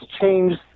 changed